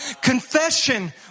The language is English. Confession